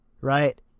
right